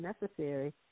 necessary